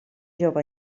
jove